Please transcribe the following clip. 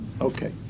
Okay